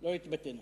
לא התבטאנו